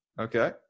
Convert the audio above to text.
okay